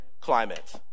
climate